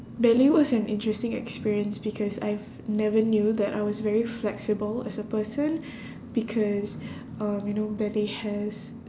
ballet was an interesting experience because I've never knew that I was very flexible as a person because um you know ballet has